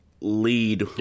Lead